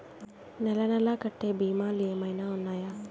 నెల నెల కట్టే భీమాలు ఏమైనా ఉన్నాయా?